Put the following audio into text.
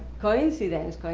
coincidence.